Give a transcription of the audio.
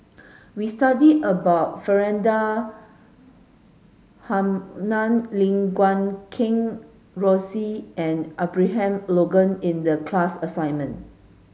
we studied about Faridah Hanum Lim Guat Kheng Rosie and Abraham Logan in the class assignment